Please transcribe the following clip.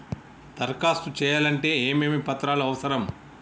దరఖాస్తు చేయాలంటే ఏమేమి పత్రాలు అవసరం?